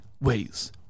ways